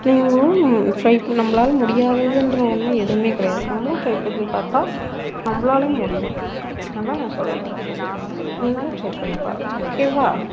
நீங்கள் டிரை பண்ணிணா நம்மளால முடியாததுகிற ஒன்றும் எதுவுமே கிடையாது நம்மளும் ட்ரை பற்றி பார்த்தா நம்மளாலையும் முடியும் அதுதான் நான் சொல்ல வரேன் நீங்களும் டிரை பண்ணி பாருங்க ஓகேவா